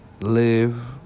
live